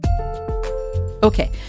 Okay